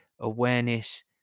awareness